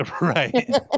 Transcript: Right